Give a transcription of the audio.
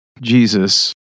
Jesus